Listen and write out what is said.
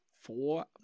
four